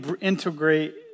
integrate